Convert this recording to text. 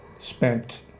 spent